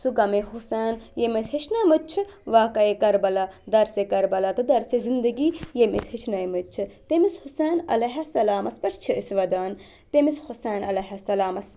سُہ غَمے حُسین یٔمۍ أسۍ ہیٚچھنٲے مٕتۍ چھِ واقعہ کربلا دَرسے کربلا تہٕ دَرسے زِندٕگی یٔمۍ أسۍ ہیٚچھنٲے مٕتۍ چھِ تٔمِس حُسین علیہ السلامَس پٮ۪ٹھ چھِ أسۍ وَدان تٔمِس حُسین علیہ السلامَس